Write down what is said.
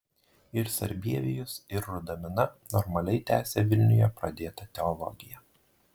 ir sarbievijus ir rudamina normaliai tęsė vilniuje pradėtą teologiją